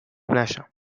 نشم